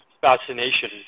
fascination